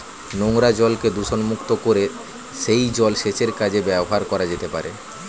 নোংরা জলকে দূষণমুক্ত করে সেই জল সেচের কাজে ব্যবহার করা যেতে পারে